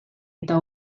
eta